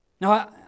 Now